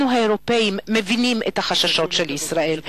אנחנו האירופים מבינים את החששות של ישראל,